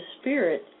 spirit